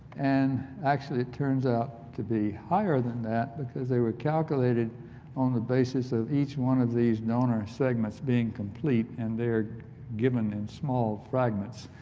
and actually it turns out to be higher than that because they were calculated on the basis of each one of these donor segments being complete and they're giive in small fragments.